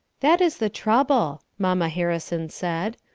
that is the trouble, mamma harrison said.